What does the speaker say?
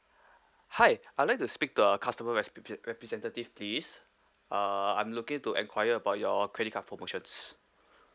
hi I'd like to speak to a customer repre~ representative please uh I'm looking to enquire about your credit card promotions